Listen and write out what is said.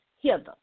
hither